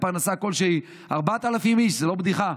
פרנסה כלשהי: 4,000 איש זה לא בדיחה.